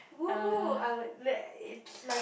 !woohoo! I would let it's like